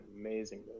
amazing